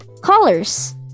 colors